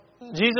Jesus